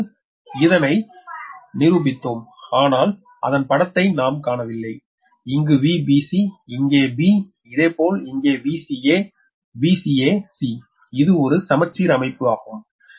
முன்பு இதனை நிரூபித்தோம் ஆனால் அதன் படத்தை நாம் காணவில்லை இங்கு Vbc இங்கே b இதேபோல் இங்கே VcaVcac இது ஓரு சமச்சீர் அமைப்பு ஆகும்